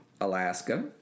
Alaska